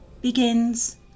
begins